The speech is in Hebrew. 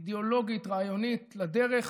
אידיאולוגית, רעיונית, לדרך